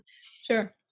Sure